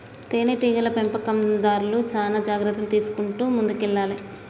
తేనె టీగల పెంపకందార్లు చానా జాగ్రత్తలు తీసుకుంటూ ముందుకెల్లాలే